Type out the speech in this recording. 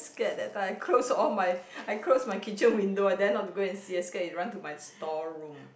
scared that time I closed all my I closed my kitchen window I dare not to see I scared it run to my store room